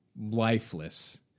lifeless